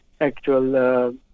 actual